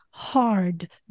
hard